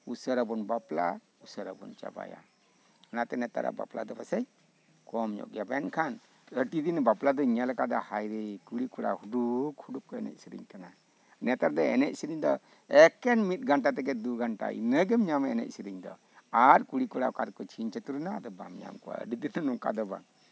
ᱩᱥᱟᱹᱨᱟ ᱵᱚᱱ ᱵᱟᱯᱞᱟᱜᱼᱟ ᱩᱥᱟᱹᱨᱟ ᱵᱚᱱ ᱪᱟᱵᱟᱭᱟ ᱚᱱᱟᱛᱮ ᱱᱮᱛᱟᱨᱟᱜ ᱵᱟᱯᱞᱟ ᱫᱚ ᱯᱟᱥᱮᱡ ᱠᱚᱢ ᱜᱮᱭᱟ ᱢᱮᱱᱠᱷᱟᱱ ᱟᱹᱰᱤ ᱫᱤᱱ ᱵᱟᱯᱞᱟ ᱫᱚᱧ ᱧᱮᱞ ᱠᱟᱫᱟ ᱦᱟᱭᱨᱮ ᱠᱩᱲᱤ ᱠᱚᱲᱟ ᱦᱩᱰᱩᱠ ᱦᱩᱰᱩᱠ ᱠᱚ ᱮᱱᱮᱡ ᱥᱮᱨᱮᱧ ᱠᱟᱱᱟ ᱱᱮᱛᱟᱨ ᱫᱚ ᱮᱱᱮᱡ ᱥᱮᱨᱮᱧ ᱫᱚ ᱮᱠᱮᱱ ᱢᱤᱫ ᱜᱷᱚᱱᱴᱟ ᱛᱷᱮᱠᱮ ᱫᱩ ᱜᱷᱚᱱᱴᱟ ᱤᱱᱟᱹ ᱜᱮᱢ ᱧᱟᱢᱟ ᱮᱱᱮᱡ ᱥᱮᱨᱮᱧ ᱫᱚ ᱟᱨ ᱠᱩᱲᱤ ᱠᱚᱲᱟ ᱚᱠᱟ ᱨᱮᱠᱚ ᱪᱷᱤᱝ ᱪᱷᱟᱹᱛᱩᱨ ᱮᱱᱟ ᱟᱫᱚ ᱵᱟᱢ ᱧᱧᱟᱢ ᱠᱚᱣᱟ ᱟᱹᱰᱤ ᱫᱤᱱ ᱫᱚ ᱱᱚᱝᱠᱟ ᱫᱚ ᱵᱟᱝ